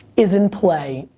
is in play.